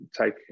take